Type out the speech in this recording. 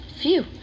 Phew